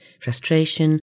frustration